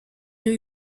new